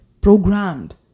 programmed